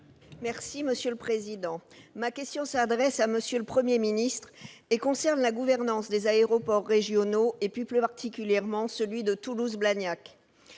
et Social Européen. Ma question s'adresse à M. le Premier ministre et concerne la gouvernance des aéroports régionaux, plus particulièrement celui de Toulouse-Blagnac.